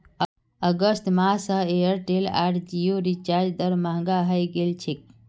अगस्त माह स एयरटेल आर जिओर रिचार्ज दर महंगा हइ गेल छेक